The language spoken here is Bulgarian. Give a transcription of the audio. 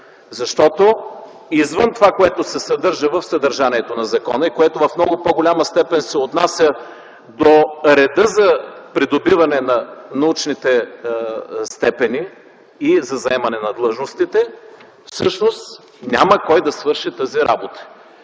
Защото извън това, което е в съдържанието на закона и което в много по-голяма степен се отнася до реда за придобиване на научните степени и за заемане на длъжностите, всъщност няма кой да свърши тази работа.